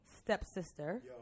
stepsister